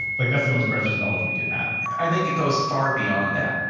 like that's the most precious knowledge we can have i think it goes far beyond that.